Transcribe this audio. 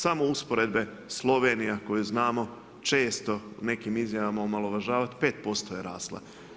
Samo usporedbe Slovenija koju znamo često u nekim izjavama omalovažavati 5% je rasla.